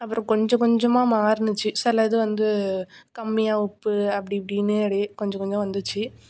அப்றம் கொஞ்சம் கொஞ்சமாக மாறுச்சி சிலது வந்து கம்மியாக உப்பு அப்படி இப்படினு அப்டி கொஞ்சம் கொஞ்சம் வந்துச்சு